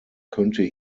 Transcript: könnte